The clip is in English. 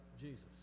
Jesus